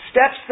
Steps